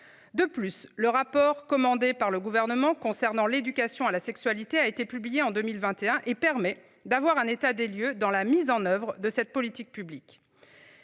De plus, le rapport commandé par le gouvernement concernant l'éducation à la sexualité a été publié en 2021 et permet d'avoir un état des lieux dans la mise en oeuvre de cette politique publique.